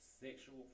sexual